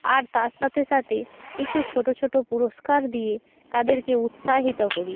আর তার সাথে সাথে কিছু ছোট ছোট পুরস্কার দিয়ে তাদেরকে উৎসাহিত করি